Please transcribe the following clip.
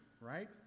right